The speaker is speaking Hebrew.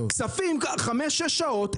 בוועדת הכספים בחמש או שש שעות.